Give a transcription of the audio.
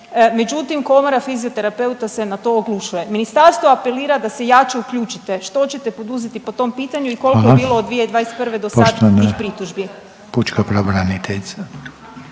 međutim Komora fizioterapeuta se na to oglušuje, Ministarstvo apelira da se jače uključite. Što ćete poduzeti po tom pitanju i koliko je bilo od 2021. do sad tih pritužbi?